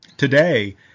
today